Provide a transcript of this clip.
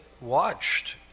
watched